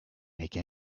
make